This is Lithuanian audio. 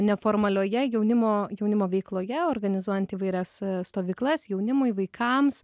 neformalioje jaunimo jaunimo veikloje organizuojant įvairias stovyklas jaunimui vaikams